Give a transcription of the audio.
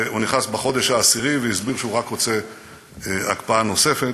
הוא נכנס בחודש העשירי והסביר שהוא רק רוצה הקפאה נוספת.